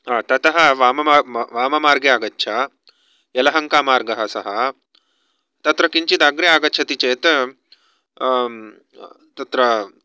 ततः वाम वाममार्गे आगच्छ येलहंकामार्गः सः तत्र किञ्चित् अग्रे आगच्छति चेत् तत्र